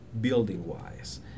building-wise